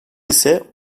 ise